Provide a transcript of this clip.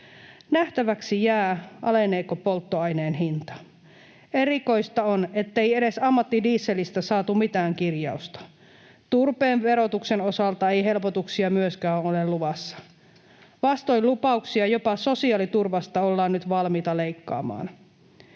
Nähtäväksi jää, aleneeko polttoaineen hinta. Erikoista on, ettei edes ammattidieselistä saatu mitään kirjausta. Turpeen verotuksen osalta ei helpotuksia myöskään ole luvassa. Vastoin lupauksia jopa sosiaaliturvasta ollaan nyt valmiita leikkaamaan,